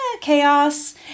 chaos